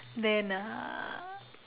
then ah